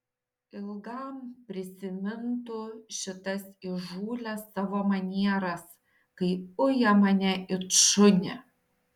ilgam prisimintų šitas įžūlias savo manieras kai uja mane it šunį